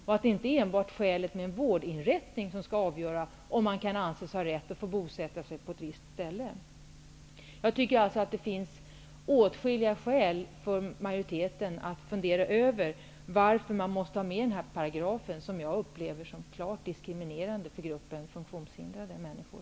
Det kan inte vara enbart närhet till en vårdinrättning som skall avgöra om man skall anses ha rätt att bosätta sig på ett visst ställe. Jag tycker alltså att det finns åtskilliga skäl för majoriteten att fundera över varför man måste ha med en paragraf som jag upplever som klart diskriminerande för gruppen funktionshindrade människor.